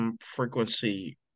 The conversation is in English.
frequency